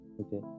Okay